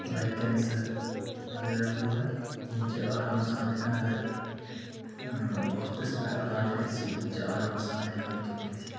like cancer وغیرہ وغیرہ یِم چھِ آرام سان ہٮ۪کان اَگر وقتَس پٮ۪ٹھ علاج گژھِ یِم چھِ آرام سان ہٮ۪کان ٹھیٖک گٔژھِتھ